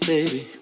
Baby